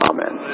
Amen